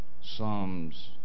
Psalms